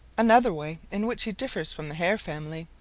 another way in which he differs from the hare family.